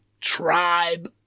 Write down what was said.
tribe